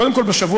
קודם כול,